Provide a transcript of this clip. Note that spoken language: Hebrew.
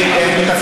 זה נמצא בתקציב.